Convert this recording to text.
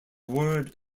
word